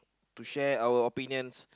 to share our opinions